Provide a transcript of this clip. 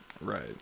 right